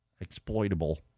exploitable